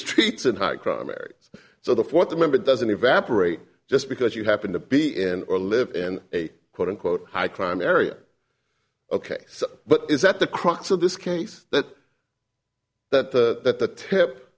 streets in high crime areas so the fourth amendment doesn't evaporate just because you happen to be in or live in a quote unquote high crime area ok but is that the crux of this case that that th